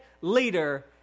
leader